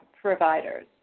Providers